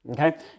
okay